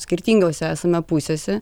skirtingose esame pusėse